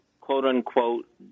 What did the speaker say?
quote-unquote